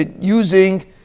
using